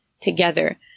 together